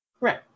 Right